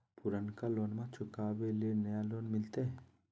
पुर्नका लोनमा चुकाबे ले नया लोन मिलते?